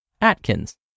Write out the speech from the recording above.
Atkins